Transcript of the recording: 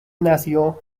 nació